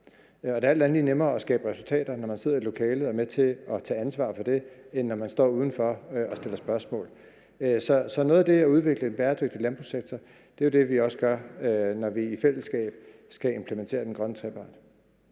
Det er alt andet lige nemmere at skabe resultater, når man sidder i et lokale og er med til at tage ansvar for det, end når man står udenfor og stiller spørgsmål. Så noget af det er at udvikle en bæredygtig landbrugssektor. Det er noget af det, vi også gør, når vi i fællesskab skal implementere den grønne trepart.